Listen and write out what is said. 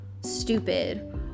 stupid